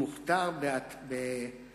הוא מוכתר בהצלחה.